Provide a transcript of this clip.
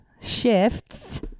shifts